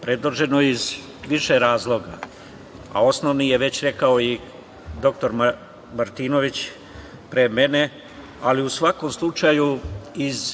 predloženo iz više razloga, a osnovni je već rekao dr Martinović pre mene.U svakom slučaju iz